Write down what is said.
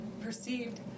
perceived